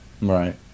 Right